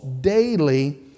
daily